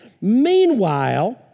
Meanwhile